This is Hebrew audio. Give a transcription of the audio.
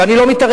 ואני לא מתערב,